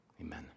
Amen